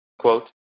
quote